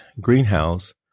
greenhouse